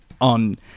on